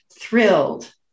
thrilled